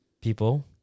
people